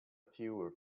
fewer